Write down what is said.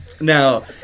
Now